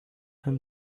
him